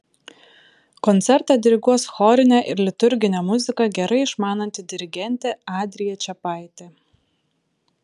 koncertą diriguos chorinę ir liturginę muziką gerai išmananti dirigentė adrija čepaitė